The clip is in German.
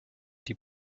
die